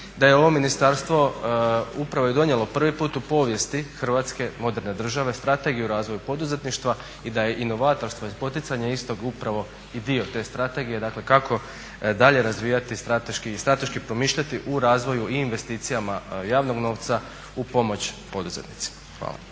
da je ovo ministarstvo upravo i donijelo prvi puta u povijesti Hrvatske moderne države Strategiju razvoja poduzetništva i da je inovatorstvo i poticanje istoga upravo i dio te strategije kako dalje razvijati i strateški promišljati u razvoju i investicijama javnog novca u pomoć poduzetnicima. Hvala.